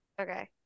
okay